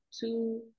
two